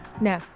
No